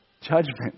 judgment